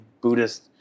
Buddhist